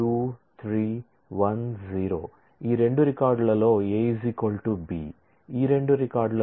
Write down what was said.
ఈ రెండు రికార్డులలో A B ఈ రెండు రికార్డులలో D 5